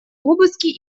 обыски